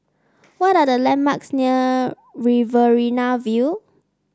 what are the landmarks near Riverina View